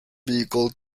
vehicle